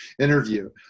interview